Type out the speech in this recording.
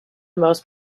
most